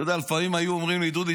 לפעמים היו אומרים לי: דודי,